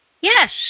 Yes